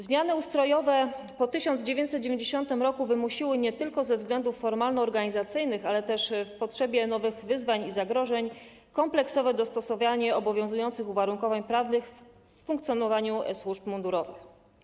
Zmiany ustrojowe po 1990 r. wymusiły, nie tylko ze względów formalno-organizacyjnych, ale też w związku z potrzebą nowych wyzwań i zagrożeń, kompleksowe dostosowanie obowiązujących uwarunkowań prawnych w funkcjonowaniu służb mundurowych.